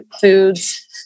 foods